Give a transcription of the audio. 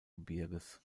gebirges